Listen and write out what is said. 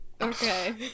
Okay